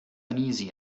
uneasy